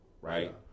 right